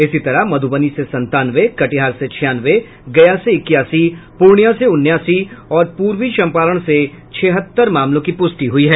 इसी तरह मधुबनी से संतानवे कटिहार से छियानवे गया से इक्यासी पूर्णिया से उनासी और पूर्वी चंपारण से छिहत्तर मामलों की पुष्टि हुई है